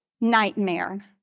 nightmare